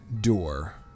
door